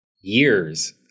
Years